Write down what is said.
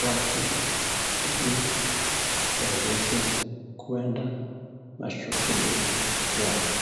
watu ili waweze kwenda kwa shughuli yao.